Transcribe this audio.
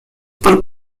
por